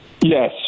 Yes